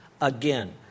Again